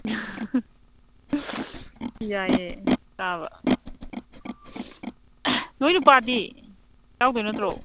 ꯌꯥꯏꯌꯦ ꯆꯥꯕ ꯅꯣꯏ ꯅꯨꯄꯥꯗꯤ ꯌꯥꯎꯗꯣꯏ ꯅꯠꯇ꯭ꯔꯣ